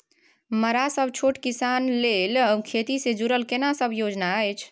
मरा सब छोट किसान लेल खेती से जुरल केना सब योजना अछि?